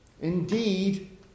Indeed